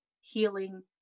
healing